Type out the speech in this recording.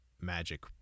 magic